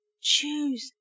Choose